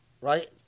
right